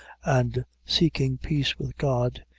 and seeking peace with god,